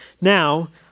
Now